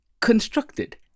constructed